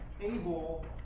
Able